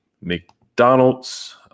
McDonald's